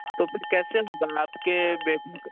तो फिर कैसे आपके बेटे का